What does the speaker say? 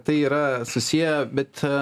tai yra susiję bet